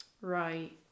Right